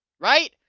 Right